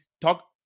talk